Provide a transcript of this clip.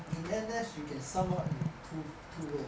in N_S you can sum up in two two roads